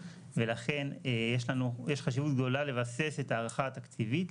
ולכן יש חשיבות גדולה לבסס את ההערכה התקציבית.